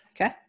Okay